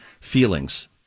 feelings